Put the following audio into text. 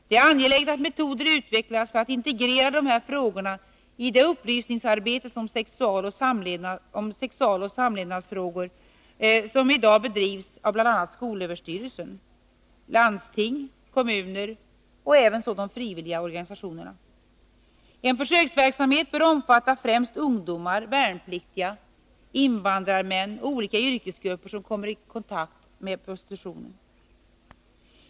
Det är angeläget att metoder utvecklas för att integrera dessa frågor i det upplysningsarbete beträffande sexualoch samlevnadsfrågor som i dag bedrivs av bl.a. skolöverstyrelsen, landsting, kommuner och frivilliga organisationer. En försöksverksamhet bör omfatta främst ungdomar, värnpliktiga, invandrarmän och olika yrkesgrupper som kommer i kontakt med prostitutionen.